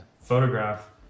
photograph